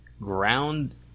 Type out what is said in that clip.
ground